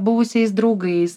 buvusiais draugais